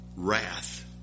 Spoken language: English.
Wrath